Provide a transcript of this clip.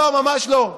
ממשלה.